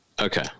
Okay